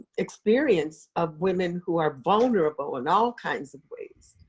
experience of women who are vulnerable in all kinds of ways.